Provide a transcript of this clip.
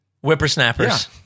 Whippersnappers